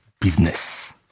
business